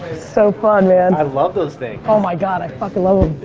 so fun, man. i love those things. oh my god, i fucking love em.